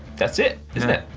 that's it, isn't it?